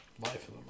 Life